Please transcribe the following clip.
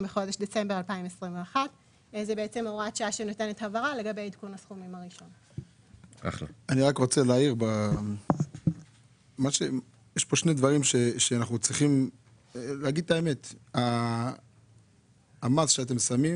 בחודש דצמבר 2021. אמנם המס שאתם מטילים